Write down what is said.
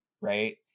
Right